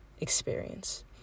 experience